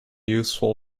useful